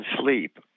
sleep